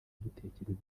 dutekereza